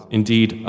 indeed